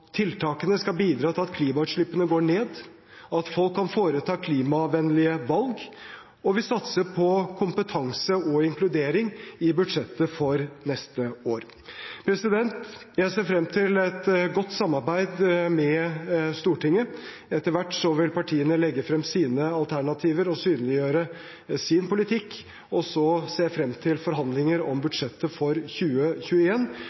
at folk kan foreta klimavennlige valg, og vi satser på kompetanse og inkludering i budsjettet for neste år. Jeg ser frem til et godt samarbeid med Stortinget. Etter hvert vil partiene legge frem sine alternativer og synliggjøre sin politikk, og så ser jeg frem til forhandlinger om